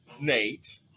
Nate